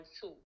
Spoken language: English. two